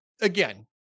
again